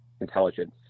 Intelligence